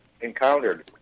encountered